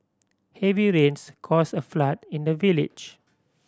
heavy rains caused a flood in the village